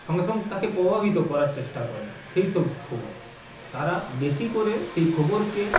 সঙ্গে সঙ্গে তাকে প্রভাবিত করার চেষ্টা করে সেইসব খবর তারা বেশি করে সেই খবরকে